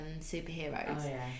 superheroes